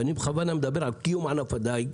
ואני בכוונה מדבר על קיום ענף הדיג